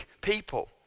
people